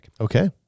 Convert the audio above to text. Okay